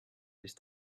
ist